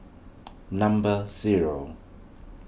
number zero